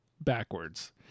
backwards